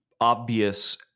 obvious